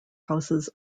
houses